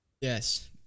Yes